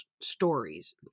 stories